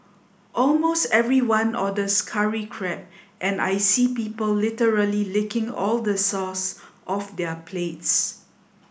almost everyone orders curry crab and I see people literally licking all the sauce off their plates